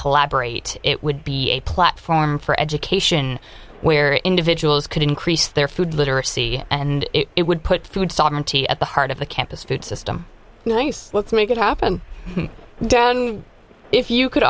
collaborate it would be a platform for education where individuals could increase their food literacy and it would put food sovereignty at the heart of the campus food system let's make it happen if you could